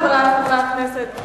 חברי חברי הכנסת,